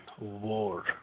war